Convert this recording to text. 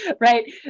right